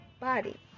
body